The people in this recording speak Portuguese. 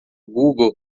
google